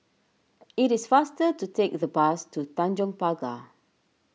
it is faster to take the bus to Tanjong Pagar